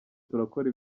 turakora